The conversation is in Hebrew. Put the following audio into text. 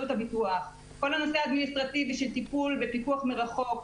כל הנושא האדמיניסטרטיבי של טיפול בפיקוח מרחוק.